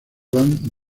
van